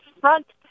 front